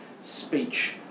speech